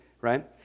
right